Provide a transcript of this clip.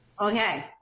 Okay